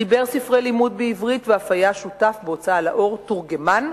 חיבר ספרי לימוד בעברית ואף היה שותף בהוצאה לאור "תורגמן",